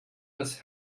das